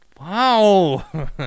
Wow